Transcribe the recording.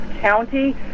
county